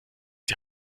die